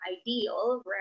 ideal